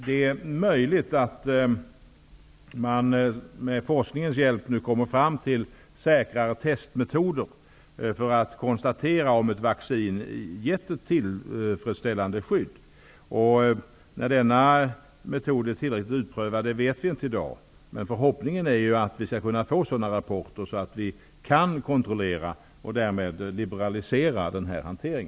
Det är möjligt att man med forskningens hjälp kommer fram till säkrare testmetoder för att konstatera om ett vaccin har gett tillfredsställande skydd. Vi vet inte i dag när denna metod kan vara tillräckligt utprövad. Förhoppningen är att vi skall kunna få rapporter så att vi kan kontrollera och därmed liberalisera denna hantering.